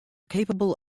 capable